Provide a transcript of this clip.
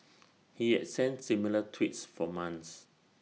he had sent similar tweets for months